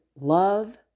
love